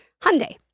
Hyundai